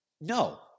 No